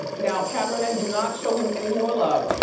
now camera men do not show him any more love.